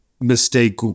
mistake